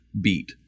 beat